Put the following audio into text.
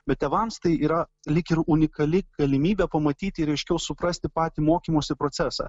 bet tėvams tai yra lyg ir unikali galimybė pamatyti ir aiškiau suprasti patį mokymosi procesą